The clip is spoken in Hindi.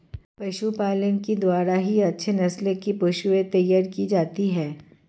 पशुपालन के द्वारा ही अच्छे नस्ल की पशुएं तैयार की जाती है